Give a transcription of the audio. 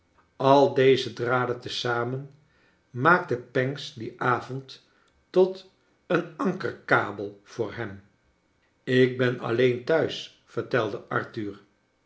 al deg draden te zamen maakten pancks dien avond tot een ankerkabel voor hem ik ben alleen thuis vertelde arthur